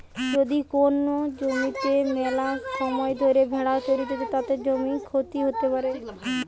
যদি কোন জমিতে মেলাসময় ধরে ভেড়া চরতিছে, তাতে জমির ক্ষতি হতে পারে